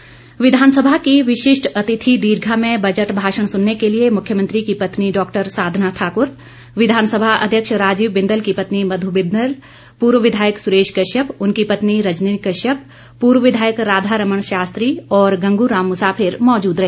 अवलोकन विधानसभा की विशिष्ट अतिथि दीर्घा में बजट भाषण सुनने के लिए मुख्यमंत्री की पत्नी डॉक्टर साधना ठाकुर विधानसभा अध्यक्ष राजीव बिंदल की पत्नी मधु बिंदल पूर्व विधायक सुरेश कश्यप उनकी पत्नी रजनी कश्यप पूर्व विधायक राधा रमण शास्त्री और गंगूराम मुसाफिर मौजूद रहे